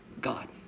God